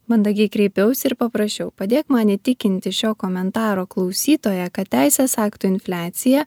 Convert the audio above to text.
mandagiai kreipiausi ir paprašiau padėk man įtikinti šio komentaro klausytoją kad teisės aktų infliacija